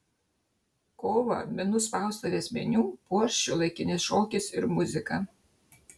kovą menų spaustuvės meniu puoš šiuolaikinis šokis ir muzika